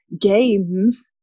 games